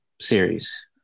series